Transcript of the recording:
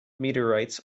meteorites